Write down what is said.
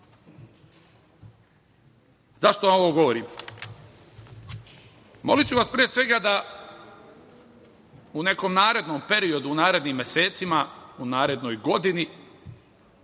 Zašto vam ovo govorim? Moliću vas pre svega da u nekom narednom periodu, u narednim mesecima, u narednoj godini,